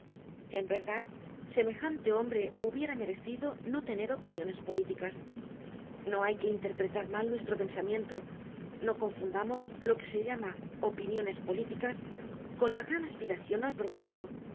en verdad semejante hombre hubiera merecido no tener opiniones políticas no hay que interpretar mal nuestro pensamiento no confundamos lo que se llama opiniones políticas con la gran aspiracion al progreso